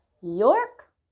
York